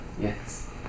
Yes